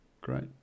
Great